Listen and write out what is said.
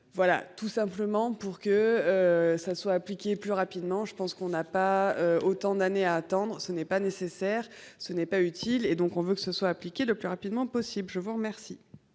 Voilà, tout simplement pour que. Ça soit appliqué plus rapidement. Je pense qu'on n'a pas autant d'années à attendre, ce n'est pas nécessaire, ce n'est pas utile et donc on veut que ce soit appliqué le plus rapidement possible. Je vous remercie.